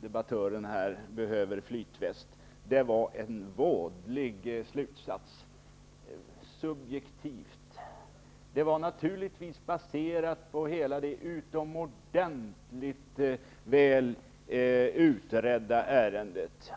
debattören här behöver flytväst. Det var en vådlig slutsats. Subjektivt! Bedömningen var naturligtvis baserad på det utomordentligt väl utredda ärendet.